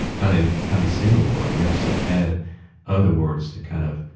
not a not a single word. you have to sort of add other words to kind of